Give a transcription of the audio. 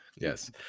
Yes